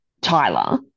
Tyler